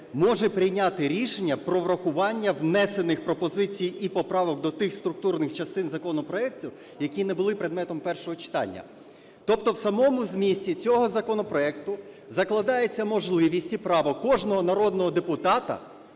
може прийняти рішення про врахування внесених пропозицій і поправок до тих структурних частин законопроектів, які не були предметом першого читання. Тобто у самому змісті цього законопроекту закладається можливість і право кожного народного депутата